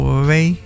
away